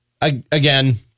again